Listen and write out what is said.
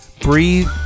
breathe